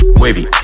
wavy